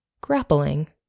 grappling